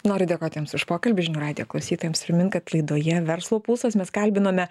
noriu dėkoti jums už pokalbį žinių radijo klausytojams primint kad laidoje verslo pulsas mes kalbinome